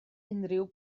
unrhyw